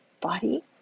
body